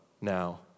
now